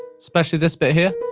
especially this bit here.